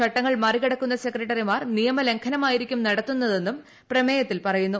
ചട്ടങ്ങൾ മറി കടക്കുന്ന സെക്രട്ടറിമാർ നിയമ ലംഘനമായിരിക്കും നടത്തുന്നതെന്നും പ്രമേയത്തിൽ പറയുന്നു